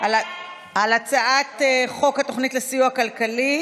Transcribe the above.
על הצעת חוק התוכנית לסיוע כלכלי,